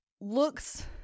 looks